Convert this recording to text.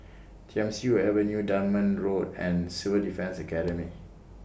Thiam Siew Avenue Dunman Road and Civil Defence Academy